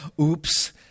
oops